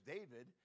David